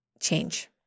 change